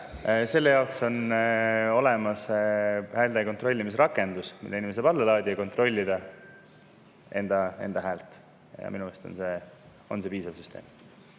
Selle jaoks on olemas häälte kontrollimise rakendus, mille inimene saab alla laadida ja kontrollida enda häält. Minu arust on see piisav süsteem.